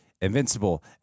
Invincible